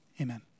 Amen